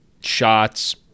shots